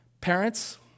parents